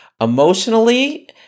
emotionally